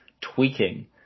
tweaking